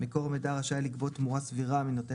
שמקור מידע רשאי לגבות תמורה סבירה מנותן